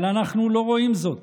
אבל אנחנו לא רואים זאת.